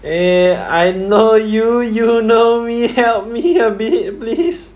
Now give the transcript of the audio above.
eh I know you you know me help me help me please